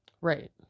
Right